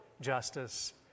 justice